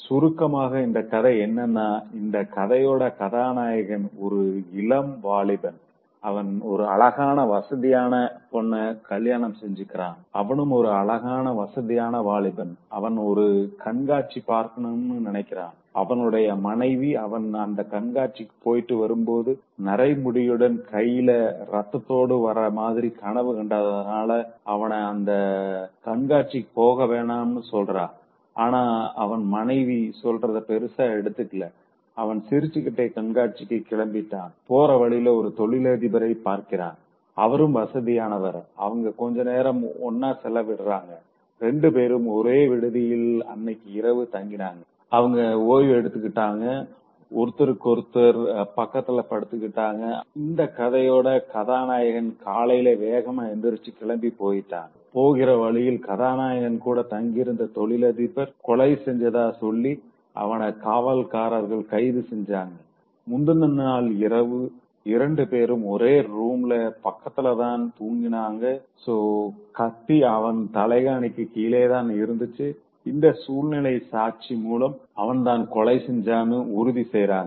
சுருக்கமாக இந்த கதை என்னென்ன இந்த கதையோட கதாநாயகன் ஒரு இளம் வாலிபன் அவன் ஒரு அழகான வசதியான பொண்ண கல்யாணம் செஞ்சுக்கிட்டான் அவனும் ஒரு அழகான வசதியான வாலிபன் அவன் ஒரு கண்காட்சி பாக்கணும்னு நினைக்கிறான் அவனுடைய மனைவி அவன் அந்த கண்காட்சிக்கு போயிட்டு வரும்போது நரை முடியுடன் கையில ரத்தத்தோடு வர மாதிரி கனவு கண்டதனால அவன அந்த கண்காட்சிக்கு போக வேணாம்னு சொல்றா ஆனா அவன் மனைவி சொல்றத பெருசா எடுத்துக்கல அவன் சிரிச்சிட்டே கண்காட்சிக்கு கிளம்பிட்டான் போற வழியில ஒரு தொழிலதிபரை பார்க்கிறான் அவரும் வசதியானவர் அவங்க கொஞ்ச நேரம் ஒன்னா செலவிடுராங்க ரெண்டு பேரும் ஒரே விடுதியில் அன்னைக்கு இரவு தங்கினாங்க அவங்க ஓய்வு எடுத்திட்டிருந்தாங்க ஒருத்தருக்கொருத்தர் பக்கத்துல படுத்திருந்தாங்க இந்த கதையோட கதாநாயகன் காலையில வேகமா எந்திரிச்சு கிளம்பி போயிட்டான் போகிற வழியில் கதாநாயகன் கூட தங்கியிருந்த தொழிலதிபர கொலை செஞ்சதா சொல்லி அவன காவலர்கள் கைது செஞ்சாங்க முந்தின நாள் இரவு ரெண்டுபேரும் ஒரே ரூம்ல பக்கத்துலதான் தூங்கினாங்க சோ கத்தி அவன் தலைகாணிக்கு கீழே தான் இருந்துச்சு இந்த சூழ்நிலை சாட்சி மூலம் அவன்தான் கொலை செஞ்சான்னு உறுதி செய்கிறாங்க